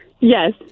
Yes